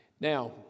Now